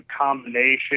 combination